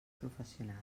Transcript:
professionals